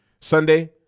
Sunday